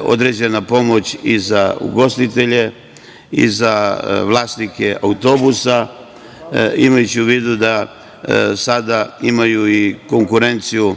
određena pomoć i za ugostitelje i za vlasnike autobusa, imajući u vidu da sada imaju i konkurenciju,